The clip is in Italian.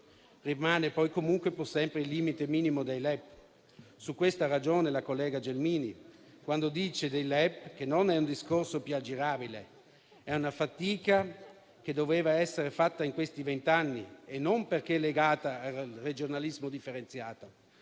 Rimane poi comunque pur sempre il limite minimo dei LEP. Su questo ha ragione la collega Gelmini, quando dice che quello dei LEP non è più un discorso aggirabile: è una fatica che si sarebbe dovuta fare in questi vent'anni e non perché sia legata al regionalismo differenziato,